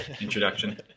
introduction